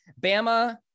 Bama